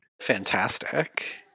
Fantastic